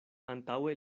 antaŭe